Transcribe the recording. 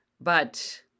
But-